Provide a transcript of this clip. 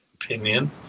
opinion